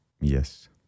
Yes